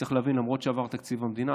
צריך להבין שלמרות שעבר תקציב המדינה,